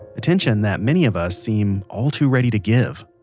attention that many of us seem all too ready to give